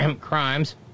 crimes